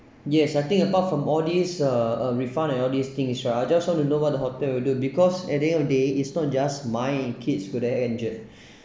yes I think apart from all these uh a refund and all these thing right I just want to know what the hotel will do because at the end of day is not just my kids could have had injured